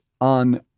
on